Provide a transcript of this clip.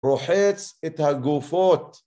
רוחץ את הגופות